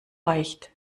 reicht